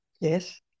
Yes